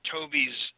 Toby's